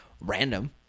random